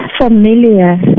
familiar